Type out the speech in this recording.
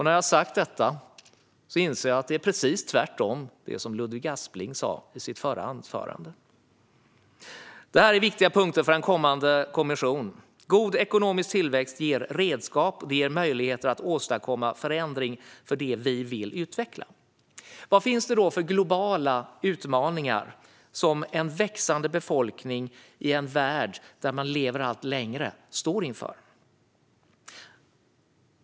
När jag har sagt detta inser jag att det som Ludvig Aspling sa i sitt anförande var det precis motsatta. Men det här är viktiga punkter för en kommande kommission. God ekonomisk tillväxt ger redskap och möjligheter att åstadkomma förändring för det vi vill utveckla. Vad finns det då för globala utmaningar som en växande befolkning i en värld där man lever allt längre står inför?